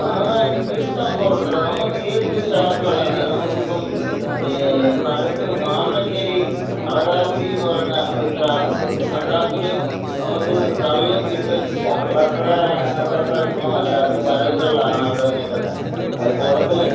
ആ ഇഷ്ടം പോലെ ഉണ്ട് എടാ നമുക്ക് ഏത് ഷോപ്പ് വേണമെങ്കിലും ഉണ്ട് നമുക്ക് ഇപ്പം നമ്മുടെ അടുത്ത് മാമ്പഴശ്ശേരിയില് അളകാപുരി എന്ന് പറഞ്ഞ ഒരു ഷോപ്പ് ഉണ്ട് ആ ഷോപ്പിൽ നമുക്ക് കള്ളും കിട്ടും കള്ള് അത്ര അത് അത്ര ഗുണം അല്ല അത് വരവ് കള്ളാണ് അവിടെ കിട്ടുന്നത് അത് കുടത്തിൽ